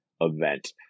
event